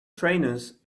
trainers